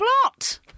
plot